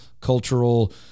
cultural